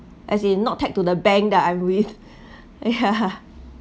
as in not tag to the bank that I'm with ya